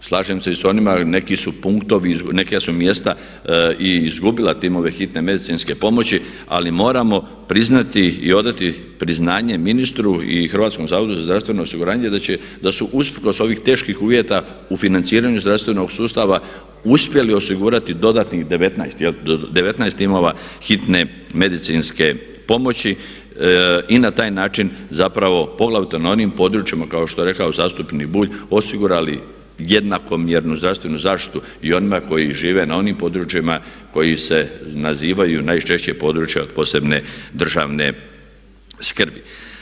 Slažem se i sa onima, neki su punktovi, neka su mjesta i izgubila timove hitne medicinske pomoći ali moramo priznati i odati priznanje ministru i Hrvatskom zavodu za zdravstveno osiguranje da će, da su usprkos ovih teških uvjeta u financiranju zdravstveno sustava uspjeli osigurati dodatnih 19 timova hitne medicinske pomoći i na taj način zapravo poglavito na onim područjima kao što je rekao zastupnik Bulj osigurali jednakomjernu zdravstvenu zaštitu i onima koji žive na onim područjima koji se nazivaju najčešće područja od posebne državne skrbi.